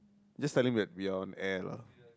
just tell him that we are on air lah